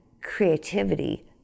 creativity